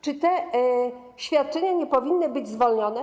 Czy te świadczenia nie powinny być z tego zwolnione?